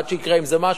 עד שיקרה עם זה משהו,